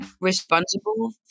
responsible